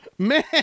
Man